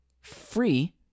free